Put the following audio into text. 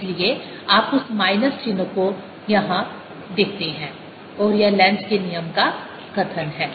इसलिए आप उस माइनस चिन्ह के महत्व को यहाँ देखते हैं और यह लेंज़ के नियम का कथन है